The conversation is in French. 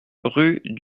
rue